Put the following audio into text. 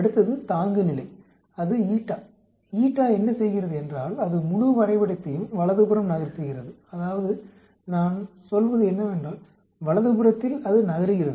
அடுத்தது தாங்குநிலை அது என்ன செய்கிறதென்றால் அது முழு வரைபடத்தையும் வலதுபுறம் நகர்த்துகிறது அதாவது நான் சொல்வது என்னவென்றால் வலதுபுறத்தில் அது நகருகிறது